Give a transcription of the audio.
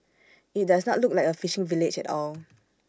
IT does not look like A fishing village at all